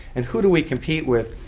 and who do we compete with?